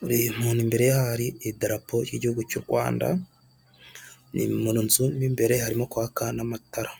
buri muntu imbere ye hari idarapo ry'igihugu cy'u Rwanda ni mu nzu mo imbere harimo kwaka n'amatara.